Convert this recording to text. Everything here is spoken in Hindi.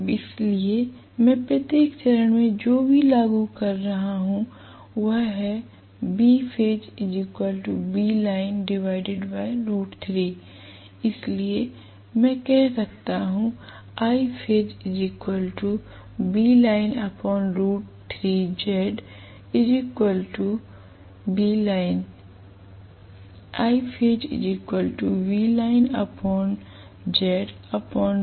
इसलिए मैं प्रत्येक चरण में जो भी लागू कर रहा हूंवह है इसलिए मैं कह सकता हूं